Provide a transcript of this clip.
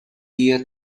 dia